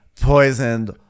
poisoned